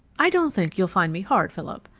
i don't think you'll find me hard, philip.